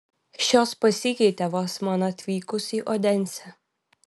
šios pasikeitė vos man atvykus į odensę